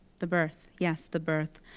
the birth yes, the birth.